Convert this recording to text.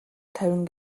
тавина